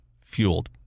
fueled